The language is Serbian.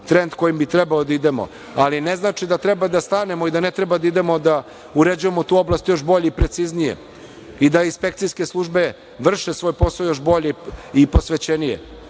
trend kojim bi trebalo da idemo, ali ne znači da treba da stanemo i da ne treba da idemo da uređujemo tu oblast još bolje i preciznije i da inspekcijske službe vrše svoje poslove još bolje i posvećenije.